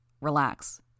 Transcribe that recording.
Relax